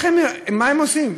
מה הם עושים?